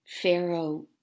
Pharaoh